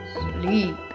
sleep